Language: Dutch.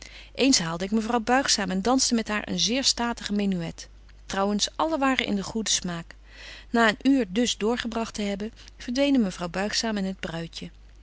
eens haalde ik mevrouw buigzaam en danste met haar een zeer statige menuët trouwens allen waren in den goeden smaak na een uur dus doorgebragt te hebben verdwenen mevrouw buigzaam en het bruidje